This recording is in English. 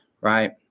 right